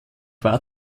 war